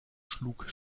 schlug